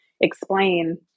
explain